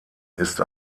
ist